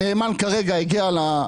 הנאמן הגיע כרגע למפעל.